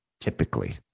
Typically